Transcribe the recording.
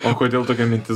o kodėl tokia mintis